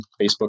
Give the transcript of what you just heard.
facebook